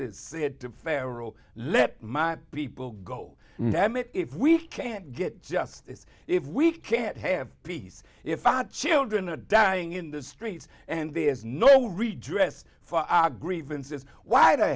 s said to pharaoh let my people go if we can't get justice if we can't have peace if i had children are dying in the streets and there's no redress for our grievances why the